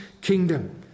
kingdom